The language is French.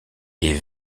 est